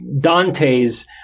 Dante's